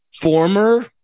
former